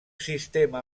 sistema